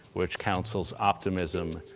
which counsels optimism,